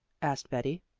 asked betty.